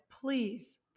Please